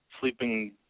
sleeping